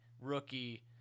rookie